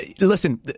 Listen